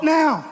now